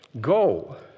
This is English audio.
Go